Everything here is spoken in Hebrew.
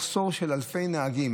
כי יש מחסור של אלפי נהגים.